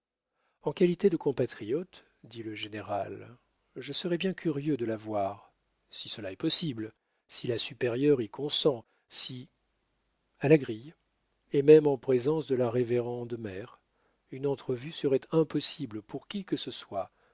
en qualité de compatriote dit le général je serais bien curieux de la voir si cela est possible si la supérieure y consent si a la grille et même en présence de la révérende mère une entrevue serait impossible pour qui que ce soit